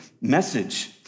message